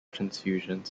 transfusions